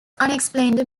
unexplained